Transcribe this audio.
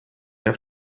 have